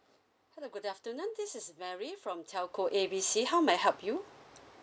hello good afternoon this is mary form telco A B C how may I help you